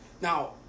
Now